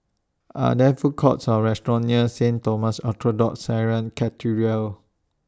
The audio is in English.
Are There Food Courts Or restaurants near Saint Thomas Orthodox Syrian Cathedral